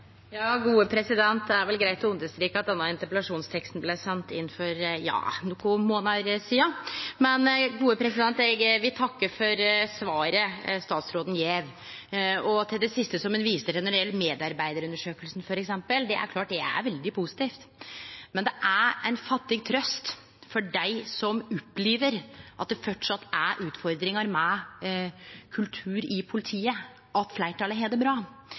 vel greitt å understreke at denne interpellasjonsteksten blei send inn for nokre månadar sidan. Men eg vil takke for svaret statsråden gjev, og når det gjeld det siste han viste til, om medarbeidarundersøkinga f.eks., er det klart at det er veldig positivt. Men at fleirtalet har det bra, er ein fattig trøst for dei som opplever at det fortsatt er utfordringar med kulturen i politiet. Eg deler veldig mange av beskrivingane statsråden kom med av det som har fungert, men det